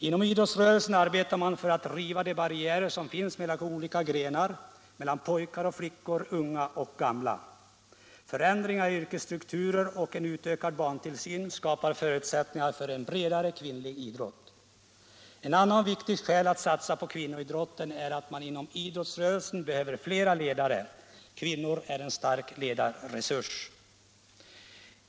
Inom idrottsrörelserna arbetar man för att riva de barriärer som finns mellan olika grenar, mellan pojkar och flickor, mellan unga och gamla. Förändringar i yrkesstrukturer och en utökad barntillsyn skapar förutsättningar för en bredare kvinnlig idrott. Ett annat och viktigt skäl att satsa på kvinnoidrotten är att man inom idrottsrörelsen behöver flera ledare. Kvinnor är en stark ledarresurs.